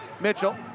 Mitchell